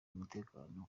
umutekano